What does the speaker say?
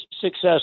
success